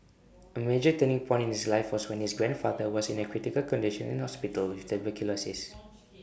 A major turning point in his life was when his grandfather was in A critical condition in hospital with tuberculosis